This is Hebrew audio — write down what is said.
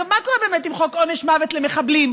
כמו להקים מתקני כליאה ענקיים או לגרש בהמוניהם את האנשים